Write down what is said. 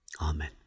Amen